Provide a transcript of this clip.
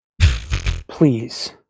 Please